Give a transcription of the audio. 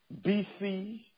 BC